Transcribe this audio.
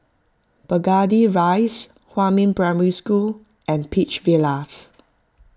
Burgundy Rise Huamin Primary School and Peach Villas